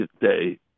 day